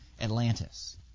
Atlantis